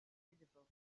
visible